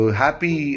happy